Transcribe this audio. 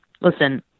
listen